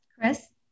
Chris